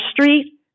street